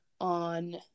on